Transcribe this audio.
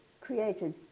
created